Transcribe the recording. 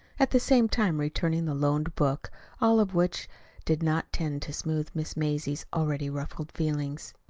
at the same time returning the loaned book all of which did not tend to smooth miss mazie's already ruffled feelings.